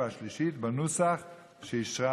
כדי שאנחנו נדע שהציבור יודע שיש לו את הזכות